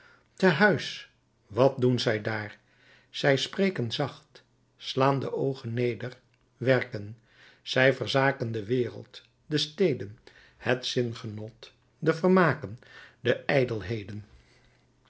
te huis wat doen zij dààr zij spreken zacht slaan de oogen neder werken zij verzaken de wereld de steden het zingenot de vermaken de